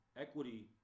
equity